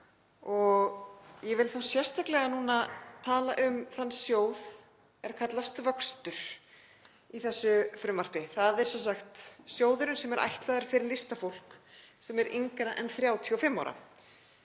Þá vil ég sérstaklega tala um þann sjóð er kallast Vöxtur í þessu frumvarpi. Það er sjóðurinn sem er ætlaður fyrir listafólk sem er yngra en 35 ára.